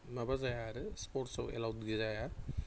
माबा जाया आरो स्पर्टसआव एलाव जाया